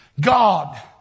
god